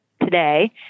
today